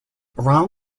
around